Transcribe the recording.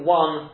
one